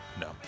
No